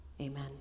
Amen